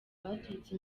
baturutse